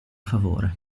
favore